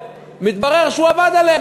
מתברר שהוא עבד עליהם,